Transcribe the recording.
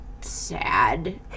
sad